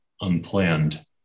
unplanned